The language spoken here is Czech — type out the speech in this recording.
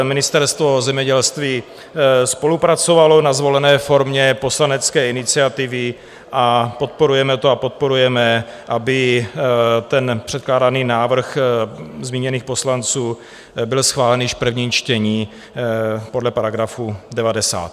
Ministerstvo zemědělství spolupracovalo na zvolené formě poslanecké iniciativy, podporujeme to a podporujeme, aby předkládaný návrh zmíněných poslanců byl schválen již v prvním čtení podle § 90.